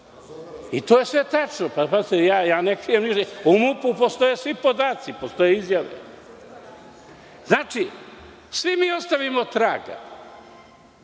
ne krijem ništa. U MUP postoje svi podaci, postoje izjave. Znači, svi mi ostavimo traga